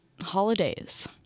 holidays